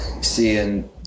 seeing